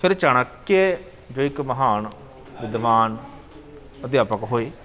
ਫਿਰ ਚਾਣਕਿਆ ਜੋ ਇੱਕ ਮਹਾਨ ਵਿਦਵਾਨ ਅਧਿਆਪਕ ਹੋਏ